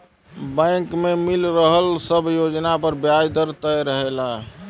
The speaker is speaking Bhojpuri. बैंक में मिल रहल सब योजना पर ब्याज दर तय रहला